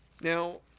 Now